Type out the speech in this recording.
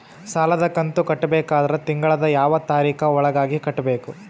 ಸಾಲದ ಕಂತು ಕಟ್ಟಬೇಕಾದರ ತಿಂಗಳದ ಯಾವ ತಾರೀಖ ಒಳಗಾಗಿ ಕಟ್ಟಬೇಕು?